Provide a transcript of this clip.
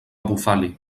bufali